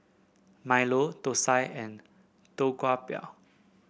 milo thosai and Tau Kwa Pau